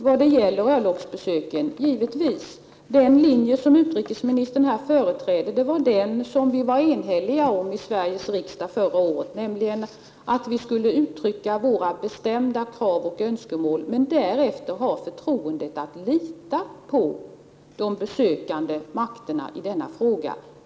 Vad gäller örlogsbesöken var vi i Sveriges riksdag förra året eniga om den linje som utrikesministern här företräder, nämligen att vi skulle uttrycka våra bestämda krav och önskemål men därefter ha förtroende för och tillit till de besökande makterna i denna fråga.